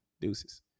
Deuces